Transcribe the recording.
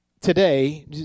Today